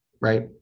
right